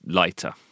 lighter